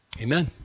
amen